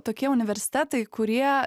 tokie universitetai kurie